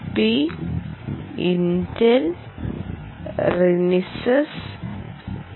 P Intel Renesas T